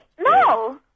No